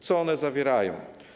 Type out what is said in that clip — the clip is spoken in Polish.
Co one zawierają?